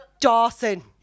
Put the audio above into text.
Dawson